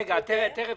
תיכף